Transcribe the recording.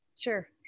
Sure